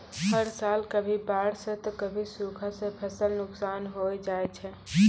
हर साल कभी बाढ़ सॅ त कभी सूखा सॅ फसल नुकसान होय जाय छै